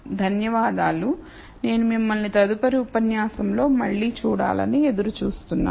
ధన్యవాదాలు నేను మిమ్మల్ని తదుపరి ఉపన్యాసంలో మళ్ళీ చూడాలని ఎదురు చూస్తున్నాను